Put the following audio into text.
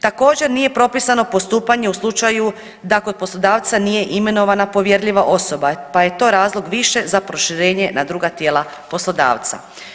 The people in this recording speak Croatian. Također nije propisano postupanje u slučaju da kod poslodavca nije imenovana povjerljiva osoba pa je to razlog više za proširenje na druga tijela poslodavca.